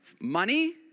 money